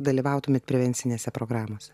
dalyvautumėt prevencinėse programose